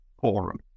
forum